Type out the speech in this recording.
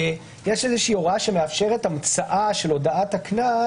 יש הוראה שמאפשרת המצאה של הודעת הקנס